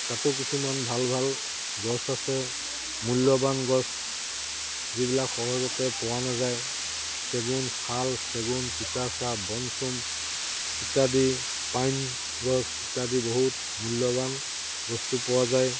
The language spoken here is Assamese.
তাতো কিছুমান ভাল ভাল গছ আছে মূল্যৱান গছ যিবিলাক সহজতে পোৱা নাযায় চেগুন শাল চেগুন তিতাচাহ বনচুম ইত্যাদি পাইন গছ ইত্যাদি বহুত মূল্যৱান বস্তু পোৱা যায়